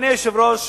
אדוני היושב-ראש,